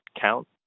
count